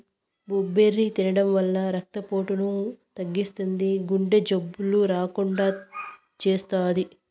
blueberry తినడం వల్ల రక్త పోటును తగ్గిస్తుంది, గుండె జబ్బులు రాకుండా చేస్తాది